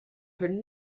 heard